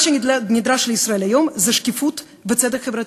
מה שנדרש לישראל היום זה שקיפות וצדק חברתי.